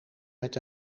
met